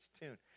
tune